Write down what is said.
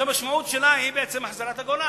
והמשמעות של זה היא בעצם החזרת הגולן.